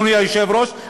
אדוני היושב-ראש,